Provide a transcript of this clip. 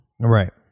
Right